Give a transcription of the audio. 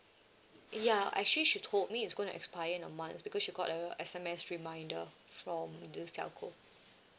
ya actually she told me it's gonna expire in a month because she got a S_M_S reminder from this telco